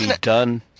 done